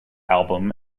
album